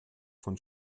von